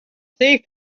thief